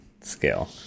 scale